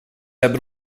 hebben